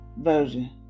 version